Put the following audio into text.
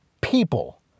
people